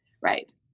Right